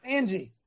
Angie